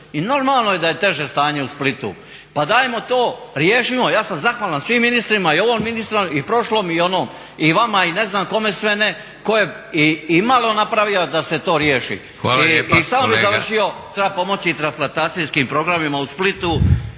I normalno je da je teže stanje u Splitu. Pa dajmo to riješimo! Ja sam zahvalan svim ministrima, i ovom ministru, i prošlom i onom i vama i ne znam kome sve ne tko je imalo napravio da se to riješi. I samo bih završio treba pomoći i transplantacijskim programima u Splitu,